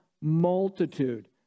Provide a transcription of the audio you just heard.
multitude